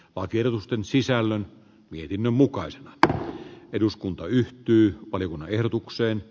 olkirustyn sisällön piirimme mukaista että eduskunta yhtyi oli vanha ehdotukseen